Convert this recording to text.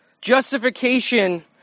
justification